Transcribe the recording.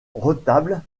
retables